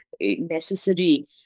necessary